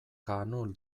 kaanul